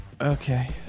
Okay